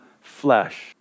flesh